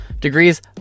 degrees